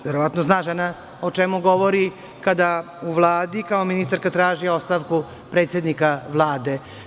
Verovatno zna žena o čemu govori kada u Vladi kao ministarka traži ostavku predsednika Vlade.